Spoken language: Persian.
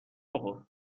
بخور